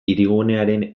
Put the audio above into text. hirigunearen